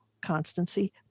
constancy